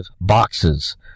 boxes